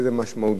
ועכשיו השאלה היא,